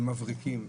הם מבריקים,